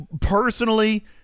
personally